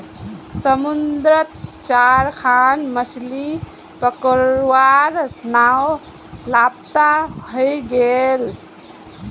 समुद्रत चार खन मछ्ली पकड़वार नाव लापता हई गेले